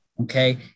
Okay